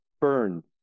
burned